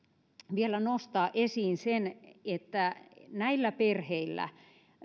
vielä nostaa esiin sen että näillä perheillä